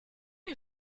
you